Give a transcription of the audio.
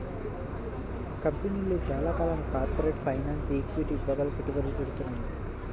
కంపెనీలు చాలా కాలంగా కార్పొరేట్ ఫైనాన్స్, ఈక్విటీ విభాగాల్లో పెట్టుబడులు పెడ్తున్నాయి